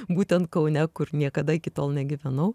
būtent kaune kur niekada iki tol negyvenau